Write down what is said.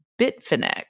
Bitfinex